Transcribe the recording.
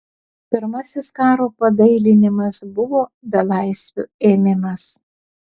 pirmasis karo padailinimas buvo belaisvių ėmimas